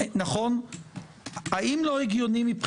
האם לא הגיוני?